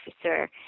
officer